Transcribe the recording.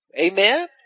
amen